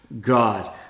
God